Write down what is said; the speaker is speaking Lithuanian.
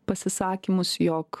pasisakymus jog